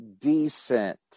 decent